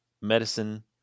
Medicine